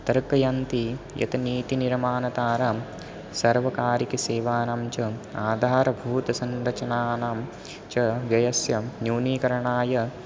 तर्कयन्ति यत् नीतिनिर्माणतारां सार्वकारिकसेवानां च आधारभूतसंरचनानां च व्ययस्य न्यूनीकरणाय